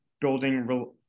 building